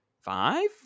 five